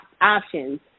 options